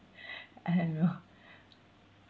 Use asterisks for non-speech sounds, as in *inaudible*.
*breath* I know